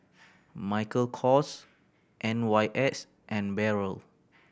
Michael Kors N Y S and Barrel